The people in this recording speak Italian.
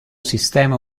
sistema